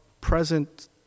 present